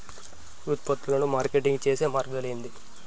ఉత్పత్తులను మార్కెటింగ్ చేసే మార్గాలు ఏంది?